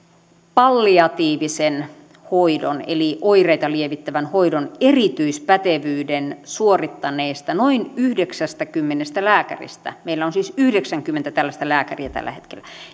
palliatiivisen hoidon eli oireita lievittävän hoidon erityispätevyyden suorittaneista noin yhdeksästäkymmenestä lääkäristä meillä on siis yhdeksänkymmentä tällaista lääkäriä tällä hetkellä